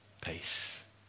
peace